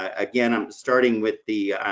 ah again, um starting with the,